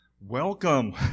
Welcome